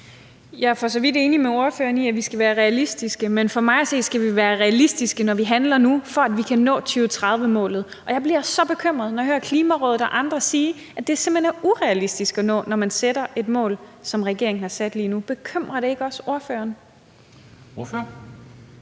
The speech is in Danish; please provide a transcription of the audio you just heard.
Jeg er for så vidt enig med ordføreren i, at vi skal være realistiske. Men for mig at se skal vi være realistiske, når vi handler nu, for at vi kan nå 2030-målet. Og jeg bliver så bekymret, når jeg hører Klimarådet og andre sige, at det simpelt hen er urealistisk at nå, når man sætter et mål som det, regeringen har sat lige nu. Bekymrer det ikke også ordføreren?